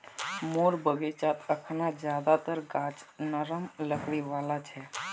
मोर बगीचात अखना ज्यादातर गाछ नरम लकड़ी वाला छ